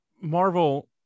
Marvel